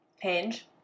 Hinge